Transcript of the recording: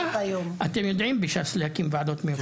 אתם יודעים להקים ועדות מיוחדות.